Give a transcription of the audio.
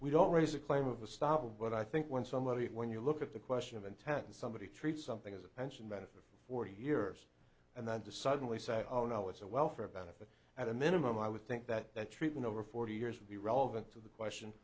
we don't raise a claim of a stop but i think when somebody when you look at the question of intent somebody treats something as a pension benefit forty years and then to suddenly say oh no it's a welfare benefit at a minimum i would think that that treatment over forty years would be relevant to the question